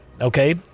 okay